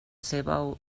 seva